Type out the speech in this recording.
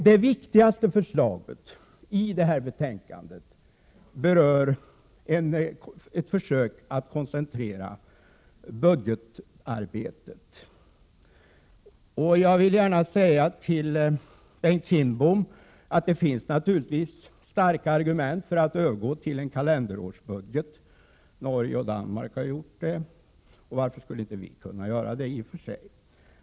Det viktigaste förslaget i detta betänkande berör ett försök att koncentrera budgetarbetet. Jag vill gärna säga till Bengt Kindbom att det naturligtvis finns starka argument för att övergå till en kalenderårsbudget. Norge och Danmark har gjort det, och varför skulle inte vi här i Sverige kunna göra det i och för sig?